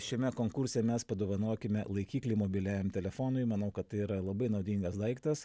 šiame konkurse mes padovanokime laikiklį mobiliajam telefonui manau kad tai yra labai naudingas daiktas